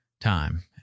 time